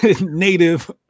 native